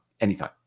Anytime